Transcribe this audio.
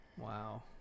Wow